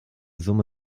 summe